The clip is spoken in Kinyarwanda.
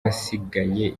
asigaye